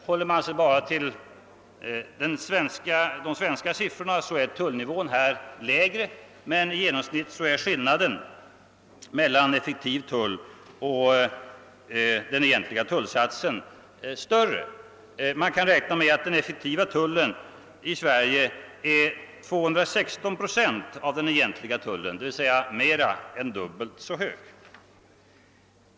Håller man sig bara till Sverige är tullnivån lägre, men i genomsnitt är skillnaden mellan effektiv tull och den egentliga tullsatsen större. Man räknar med att den effektiva tullen i Sverige är 216 procent av den egentliga tullen, d.v.s. mer än dubbelt så hög.